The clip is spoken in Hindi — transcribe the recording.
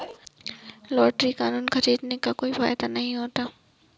लॉटरी कूपन खरीदने का कोई फायदा नहीं होता है